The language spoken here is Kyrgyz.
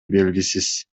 белгисиз